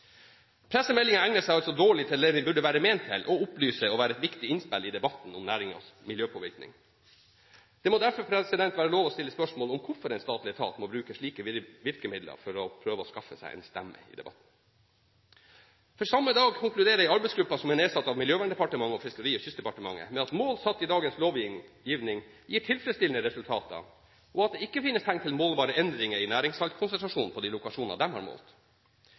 egner seg altså dårlig til det den burde være ment til: å opplyse og være et viktig innspill i debatten om næringens miljøpåvirkning. Det må derfor være lov til å stille spørsmål om hvorfor en statlig etat må bruke slike virkemidler for å prøve å skaffe seg en stemme i debatten, for samme dag konkluderer en arbeidsgruppe som er nedsatt av Miljøverndepartementet og Fiskeri- og kystdepartementet, med at mål satt i dagens lovgivning gir tilfredsstillende resultater, og at det ikke finnes tegn til målbare endringer i næringssaltkonsentrasjonen på de lokasjoner de har målt.